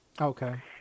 Okay